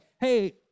hey